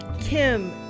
Kim